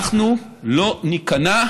אנחנו לא ניכנע